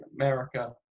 America